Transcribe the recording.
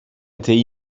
été